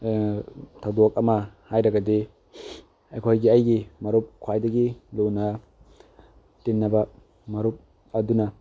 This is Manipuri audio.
ꯊꯧꯗꯣꯛ ꯑꯃ ꯍꯥꯏꯔꯒꯗꯤ ꯑꯩꯈꯣꯏꯒꯤ ꯑꯩꯒꯤ ꯃꯔꯨꯞ ꯈ꯭ꯋꯥꯏꯗꯒꯤ ꯂꯨꯅ ꯇꯤꯟꯅꯕ ꯃꯔꯨꯞ ꯑꯗꯨꯅ